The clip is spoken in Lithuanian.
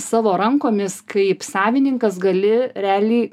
savo rankomis kaip savininkas gali realiai